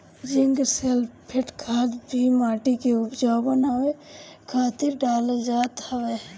zinc sulphate खाद भी माटी के उपजाऊ बनावे खातिर डालल जात हवे